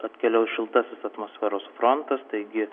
atkeliaus šiltasis atmosferos frontas taigi